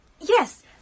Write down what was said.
yes